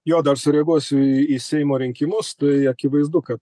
jo dar sureaguosiu į į seimo rinkimus tai akivaizdu kad